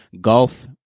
Golf